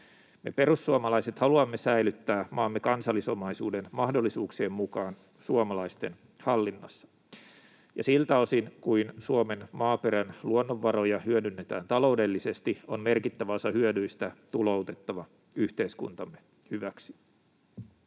Me perussuomalaiset haluamme säilyttää maamme kansallisomaisuuden mahdollisuuksien mukaan suomalaisten hallinnassa, ja siltä osin kuin Suomen maaperän luonnonvaroja hyödynnetään taloudellisesti, on merkittävä osa hyödyistä tuloutettava yhteiskuntamme hyväksi.